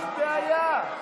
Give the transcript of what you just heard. יש בעיה.